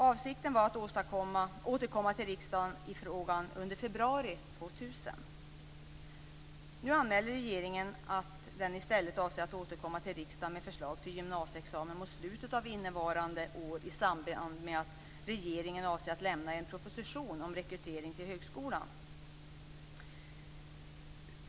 Avsikten var att återkomma till riksdagen i frågan under februari 2000. Nu anmäler regeringen att man i stället avser att återkomma till riksdagen med förslag till gymnasieexamen mot slutet av innevarande år i samband med att regeringen avser att lämna en proposition om rekrytering till högskolan.